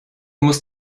muss